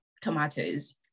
tomatoes